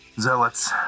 Zealots